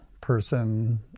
person